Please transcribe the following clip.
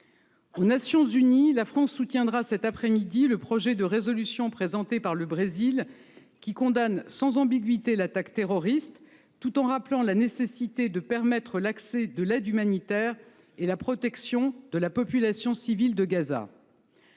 Aux Nations unies, la France soutiendra cette après midi le projet de résolution présenté par le Brésil, qui condamne sans ambiguïté l’attaque terroriste tout en rappelant la nécessité de permettre l’accès de l’aide humanitaire et la protection de la population civile de Gaza.